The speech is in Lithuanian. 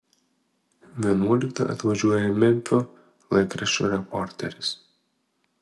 vienuoliktą atvažiuoja memfio laikraščio reporteris